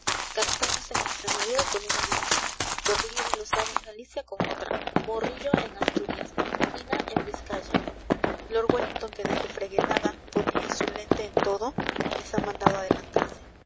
castaños en extremadura con una división porlier y losada en galicia con otra morillo en asturias mina en vizcaya lord wellington que desde fregeneda ponía su lente en todo les ha mandado adelantarse